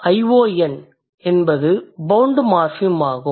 -ion என்பது bound morpheme ஆகும்